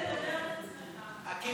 לימור סון הר מלך (עוצמה יהודית): בניגוד אליך,